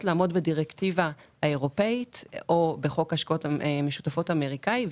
לעמוד בדירקטיבה האירופית או בחוק ההשקעות המשותפות האמריקאי.